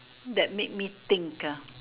that make me think ah